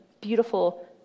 beautiful